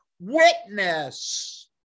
witness